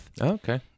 okay